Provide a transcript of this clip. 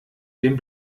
dem